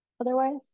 otherwise